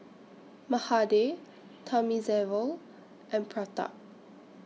Mahade Thamizhavel and Pratap